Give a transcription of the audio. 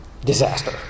Disaster